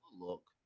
look